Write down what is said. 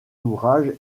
ouvrages